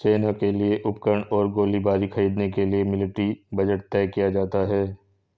सेना के लिए उपकरण और गोलीबारी खरीदने के लिए मिलिट्री बजट तय किया जाता है